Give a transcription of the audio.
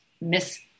miss